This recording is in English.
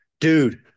Dude